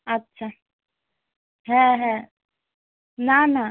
আচ্ছা হ্যাঁ হ্যাঁ না না